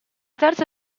terza